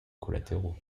collatéraux